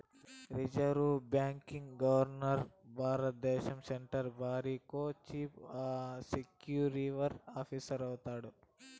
reserve బాంకీ governor భారద్దేశం central బారికో చీఫ్ ఎక్సిక్యూటివ్ ఆఫీసరు అయితాడు